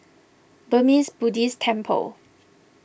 Burmese Buddhist Temple